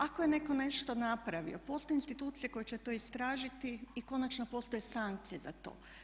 Ako je netko nešto napravio postoje institucije koje će to istražiti i konačno postoje sankcije za to.